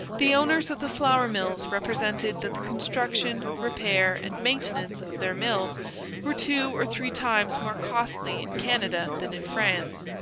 the owners of the flour-mills represented that the construction, repair, and maintenance of their mills were two or three times more costly in canada than in france,